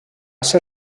ser